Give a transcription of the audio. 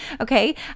Okay